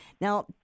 Now